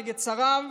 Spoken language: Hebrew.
נגד שריו.